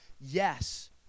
Yes